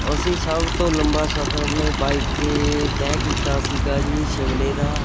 ਅਸੀਂ ਸਭ ਤੋਂ ਲੰਬਾ ਸਫ਼ਰ ਆਪਣੇ ਬਾਈਕ 'ਤੇ ਤੈਅ ਕੀਤਾ ਸੀਗਾ ਜੀ ਸ਼ਿਮਲੇ ਦਾ